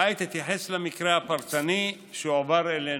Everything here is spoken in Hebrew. כעת אתייחס למקרה הפרטני שהועבר אלינו.